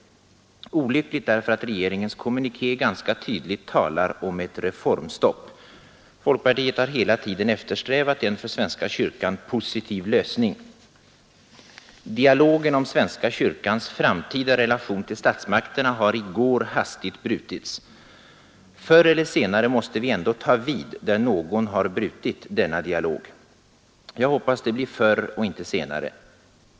Olyckligt därför att regeringens kommuniké ganska tydligt talar om ett reformstopp. Folkpartiet har hela tiden eftersträvat en för Svenska Kyrkan positiv lösning. ——— Dialogen om Svenska Kyrkans framtida relation till statsmakterna har igår hastigt brutits. Förr eller senare måste vi ändå ta vid där någon har brutit denna dialog. Jag hoppas det blir förr och inte senare.